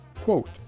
Quote